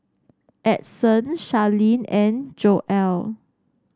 Edson Sharleen and Joelle